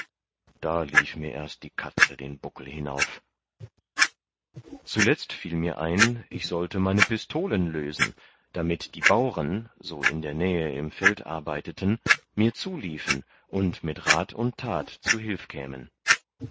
da lief mir erst die katze den buckel hinauf zuletzt fiel mir ein ich sollte meine pistolen lösen damit die bauren so in der nähe im feld arbeiteten mir zuliefen und mit rat und tat zu hülf kämen